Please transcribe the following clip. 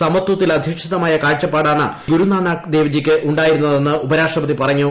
സമത്വത്തിലധിഷ്ഠിതമായ കാഴ്ചപ്പാടാണ് ശ്രീ ഗുരുനാനാക്ക് ദേവ്ജിക്ക് ഉണ്ടായിരുന്നതെന്ന് ഉപരാഷ്ട്രപ്പതി പറഞ്ഞു